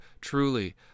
Truly